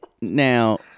now